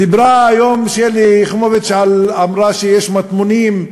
דיברה היום שלי יחימוביץ, אמרה שיש מטמונים.